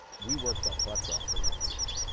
we worked our butts off for nine years.